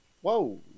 whoa